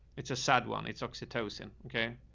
it's a sad one. it's oxytocin. okay.